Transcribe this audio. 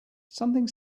something